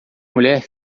mulher